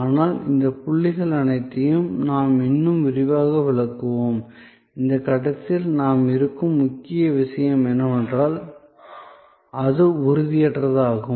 ஆனால் இந்தப் புள்ளிகள் அனைத்தையும் நாம் இன்னும் விரிவாக விளக்குவோம் இந்த கட்டத்தில் நாம் இருக்கும் முக்கிய விஷயம் என்னவென்றால் அது உறுதியற்றதாகும்